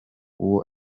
uwo